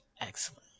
Excellent